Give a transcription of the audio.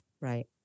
Right